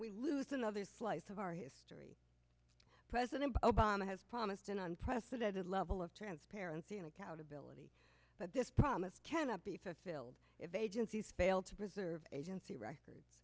we lose another slice of our history president obama has promised an unprecedented level of transparency and accountability but this promise cannot be fulfilled if agencies fail to preserve agency records